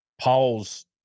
Paul's